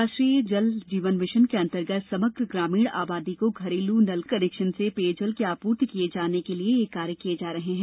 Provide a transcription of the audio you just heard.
राष्ट्रीय जल जीवन मिशन के अन्तर्गत समग्र ग्रामीण आबादी को घरेलू नल कनेक्शन से पेयजल की आपूर्ति किए जाने के लिए ये कार्य किए जा रहे हैं